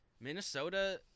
Minnesota